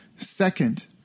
Second